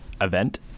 event